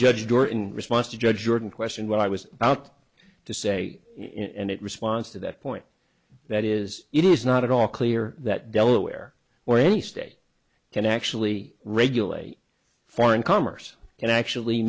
judge door in response to judge jordan question what i was out to say in it response to that point that is it is not at all clear that delaware or any state can actually regulate foreign commerce and actually